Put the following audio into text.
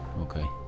Okay